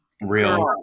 Real